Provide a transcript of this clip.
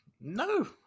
no